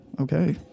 okay